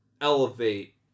elevate